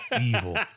evil